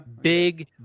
Big